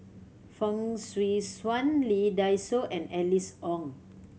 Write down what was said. Fong Swee Suan Lee Dai Soh and Alice Ong